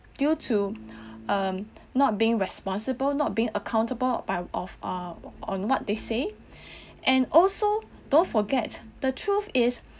due to um not being responsible not being accountable by of err on what they say and also don't forget the truth is